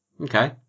Okay